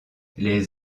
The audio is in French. les